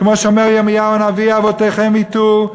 כמו שאומר ירמיהו הנביא: אבותיכם הטו,